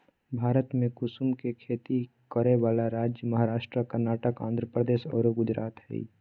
भारत में कुसुम के खेती करै वाला राज्य महाराष्ट्र, कर्नाटक, आँध्रप्रदेश आरो गुजरात हई